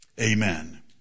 Amen